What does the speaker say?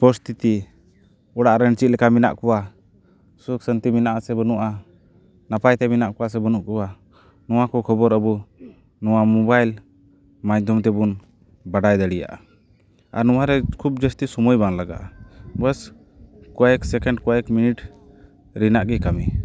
ᱯᱚᱨᱤᱥᱛᱷᱤᱛᱤ ᱚᱲᱟᱜ ᱨᱮᱱ ᱪᱮᱫᱠᱟ ᱢᱮᱱᱟᱜ ᱠᱚᱣᱟ ᱥᱩᱠᱼᱥᱟᱹᱱᱛᱤ ᱢᱮᱱᱟᱜᱼᱟ ᱥᱮ ᱵᱟᱹᱱᱩᱜᱼᱟ ᱱᱟᱯᱟᱭ ᱛᱮ ᱢᱮᱱᱟᱜ ᱠᱚᱣᱟ ᱥᱮ ᱵᱟᱹᱱᱩᱜ ᱠᱚᱣᱟ ᱱᱚᱣᱟ ᱠᱚ ᱠᱷᱚᱵᱚᱨ ᱟᱵᱚ ᱱᱚᱣᱟ ᱢᱳᱵᱟᱭᱤᱞ ᱢᱟᱫᱽᱫᱷᱚᱢ ᱛᱮᱵᱚᱱ ᱵᱟᱰᱟᱭ ᱫᱟᱲᱮᱭᱟᱜᱼᱟ ᱟᱨ ᱱᱚᱣᱟ ᱨᱮ ᱠᱷᱩᱵᱽ ᱡᱟᱹᱥᱛᱤ ᱥᱩᱢᱟᱹᱭ ᱵᱟᱝ ᱞᱟᱜᱟᱜᱼᱟ ᱵᱟᱥ ᱠᱚᱭᱮᱠ ᱥᱮᱠᱮᱱᱰ ᱠᱚᱭᱮᱠ ᱢᱤᱱᱤᱴ ᱨᱮᱱᱟᱜ ᱜᱮ ᱠᱟᱹᱢᱤ